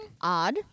Odd